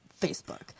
Facebook